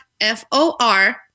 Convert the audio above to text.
F-O-R